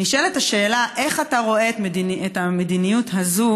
נשאלת השאלה: איך אתה רואה את המדיניות הזאת